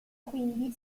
quindi